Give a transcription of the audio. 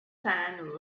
sand